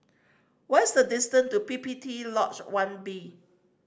what is the distance to P P T Lodge One B